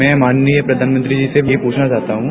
मैं माननीय प्रधानमंत्री जी से यह पूछना चाहता हूं